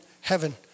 heaven